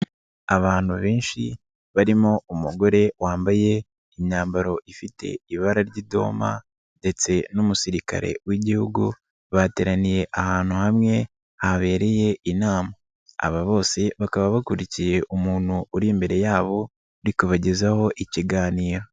abantu benshi barimo umugore wambaye imyambaro ifite ibara ry'idoma ndetse n'umusirikare w'igihugu bateraniye ahantu hamwe habereye inama, bakaba bakurikiye umuntu uri imbere yabo UrikUbagezaho ikiganiro.